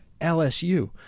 LSU